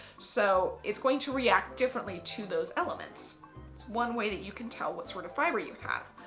so it's going to react differently to those elements. it's one way that you can tell what sort of fibre you have.